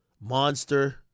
Monster